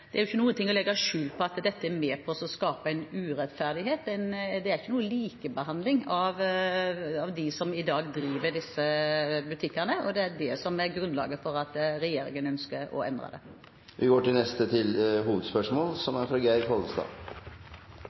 Det er ikke noe å legge skjul på at dette er med på å skape en urettferdighet. Det er ikke noen likebehandling av dem som i dag driver disse butikkene, og det er det som er grunnlaget for at regjeringen ønsker å endre det. Da går vi til neste hovedspørsmål. Mitt spørsmål går til partileder i Fremskrittspartiet og finansminister Siv Jensen. Samferdsel er